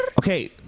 Okay